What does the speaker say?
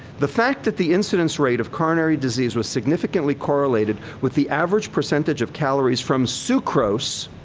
the fact that the incidence rate of coronary disease was significantly correlated with the average percentage of calories from sucrose,